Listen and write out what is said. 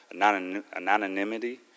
anonymity